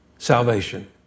salvation